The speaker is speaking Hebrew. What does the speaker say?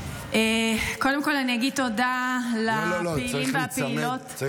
קודם כול, אני אגיד תודה לפעילים ולפעילות.